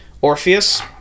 Orpheus